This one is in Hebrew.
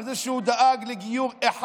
על ידי זה שהוא דאג לגיור אחד,